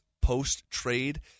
post-trade